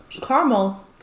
Caramel